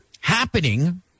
happening